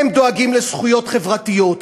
הם דואגים לזכויות חברתיות,